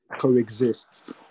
coexist